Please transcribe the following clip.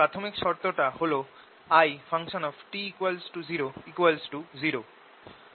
প্রাথমিক শর্তটটা হল It00